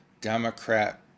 Democrat